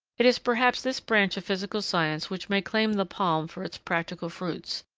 it is perhaps this branch of physical science which may claim the palm for its practical fruits,